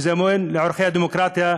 ביזיון לערכי הדמוקרטיה,